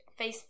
Facebook